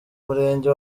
murenge